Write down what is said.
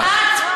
תודה.